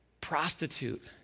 prostitute